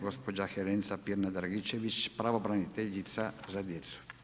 Gospođa Helenca Pirnat Dragičević, pravobraniteljica za djecu.